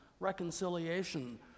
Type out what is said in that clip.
reconciliation